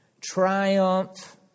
triumph